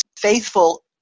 faithful